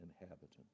inhabitant